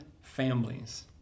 families